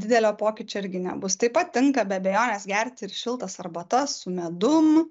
didelio pokyčio irgi nebus taip pat tinka be abejonės gerti ir šiltas arbatas su medum